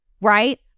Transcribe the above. Right